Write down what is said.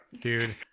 dude